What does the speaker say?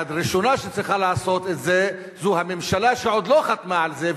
הראשונה שצריכה לעשות את זה זו הממשלה שעוד לא חתמה על זה,